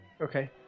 Okay